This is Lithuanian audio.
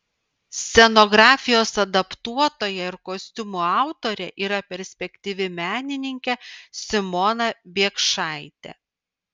scenografijos adaptuotoja ir kostiumų autorė yra perspektyvi menininkė simona biekšaitė